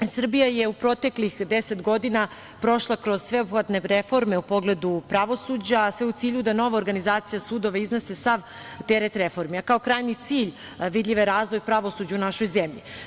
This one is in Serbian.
Srbija je u proteklih deset godina prošla kroz sveobuhvatne reforme u pogledu pravosuđa, a sve u cilju da nova organizacija sudova iznese sav teret reformi, a kao krajnji cilj vidljiv je razvoj pravosuđa u našoj zemlji.